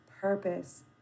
purpose